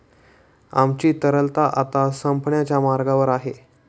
आमची तरलता आता संपण्याच्या मार्गावर आहे